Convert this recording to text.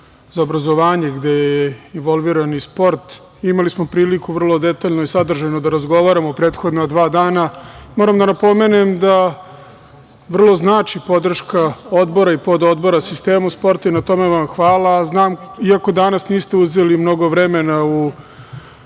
za obrazovanje, gde je involviran i sport, imali smo priliku vrlo detaljno i sadržajno da razgovaramo u prethodna dva dana. Moram da napomenem da vrlo znači podrška odbora i pododbora sistemu sporta i na tome vam hvala, a znam i ako dana niste uzeli mnogo vremena u